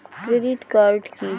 Credit card key?